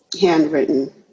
handwritten